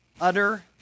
utter